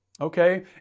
Okay